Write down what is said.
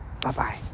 Bye-bye